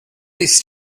least